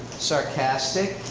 sarcastic.